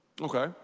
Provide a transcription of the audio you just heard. Okay